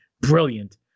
Brilliant